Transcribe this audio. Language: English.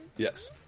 Yes